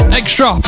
extra